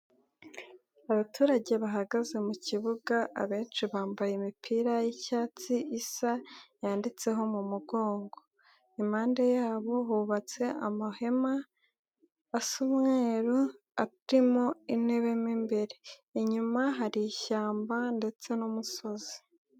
Abaturage bahagaze mu kibuga, abenshi bambaye imipira y'icyatsi isa, yanditseho mu mugongo. impande yabo hubatse amahema asa umweru, aririmo intebe mo imbere. Inyuma hari ishyamba ndetse n'umusozi.